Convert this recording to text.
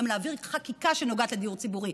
גם להעביר חקיקה שנוגעת לדיור ציבורי.